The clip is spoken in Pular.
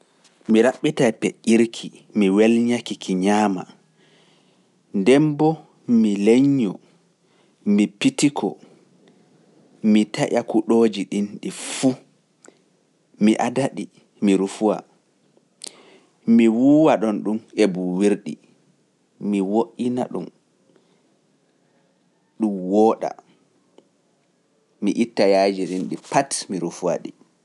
Mi raɓɓita peƴƴirki, mi welñaki ki ñaama, ndemboo mi leñño, mi pitiko, mi taƴa kuɗooji ɗin ɗi fuu, mi ada ɗi, mi rufuwa, mi wuuwa ɗon ɗum e buuwirɗi, mi woina'ɗum, ɗum wooɗa, mi itta yaayiji ɗin ɗi pat, mi rufuwa ɗi.